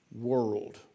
world